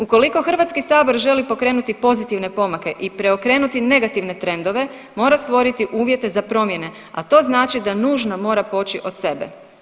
Ukoliko Hrvatski sabor želi pokrenuti pozitivne pomake i preokrenuti negativne trendove mora stvoriti uvjete za promjene, a to znači da nužno mora poći od sebe.